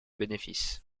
bénéfices